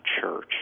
church